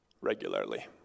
regularly